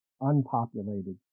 unpopulated